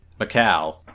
Macau